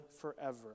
forever